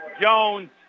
Jones